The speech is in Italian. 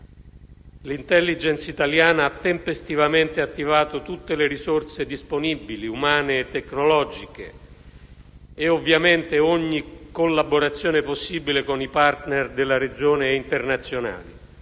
L'*intelligence* italiana ha tempestivamente attivato tutte le risorse disponibili, umane e tecnologiche, e ovviamente ogni collaborazione possibile con i *partner* della regione e internazionali,